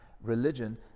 religion